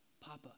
papa